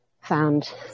found